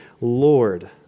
Lord